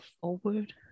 forward